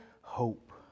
hope